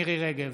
מירי מרים רגב,